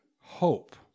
hope